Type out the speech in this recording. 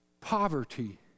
poverty